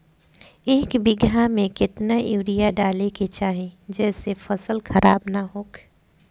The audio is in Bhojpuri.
एक बीघा में केतना यूरिया डाले के चाहि जेसे फसल खराब ना होख?